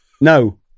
no